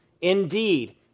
Indeed